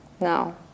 No